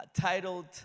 titled